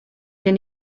gen